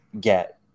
get